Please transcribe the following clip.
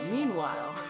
Meanwhile